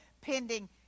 pending